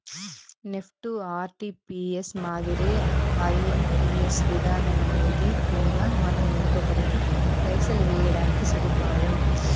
NEFT, RTGS మాదిరే IMPS విధానమనేది కూడా మనం ఇంకొకరికి పైసలు వేయడానికి సదుపాయం